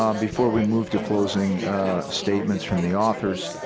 um before we moved to closing statements from the authors